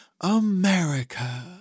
America